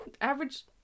average